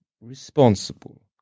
responsible